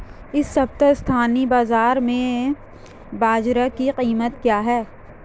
इस सप्ताह स्थानीय बाज़ार में बाजरा की कीमत क्या है?